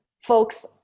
folks